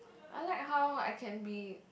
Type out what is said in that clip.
I like how I can be